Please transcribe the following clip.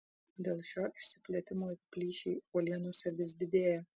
dėl šio išsiplėtimo plyšiai uolienose vis didėja